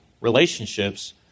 relationships